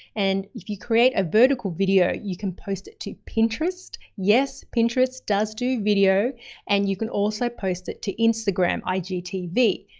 and if you create a vertical video, you can post it to pinterest. yes, pinterest does do video and you can also post it to instagram, igtv.